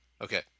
Okay